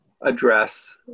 address